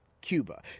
Cuba